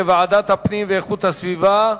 לוועדת הפנים והגנת הסביבה נתקבלה.